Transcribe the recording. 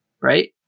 right